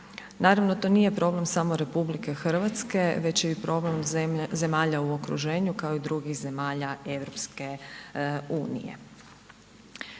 Naravno to nije problem samo Republike Hrvatske, već je problem zemalja u okruženju kao i drugih zemalja Europske unije.